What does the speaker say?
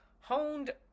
honed